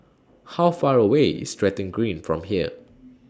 How Far away IS Stratton Green from here